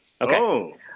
okay